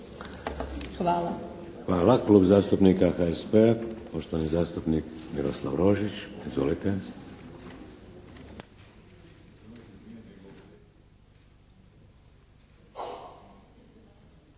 (HDZ)** Hvala. Klub zastupnika HSP-a, poštovani zastupnik Miroslav Rožić. Izvolite.